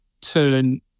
turn